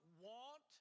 want